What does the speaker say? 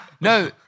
No